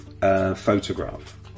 photograph